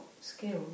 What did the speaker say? skills